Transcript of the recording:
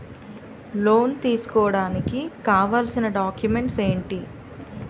Loan తీసుకోడానికి కావాల్సిన documents ఎంటి?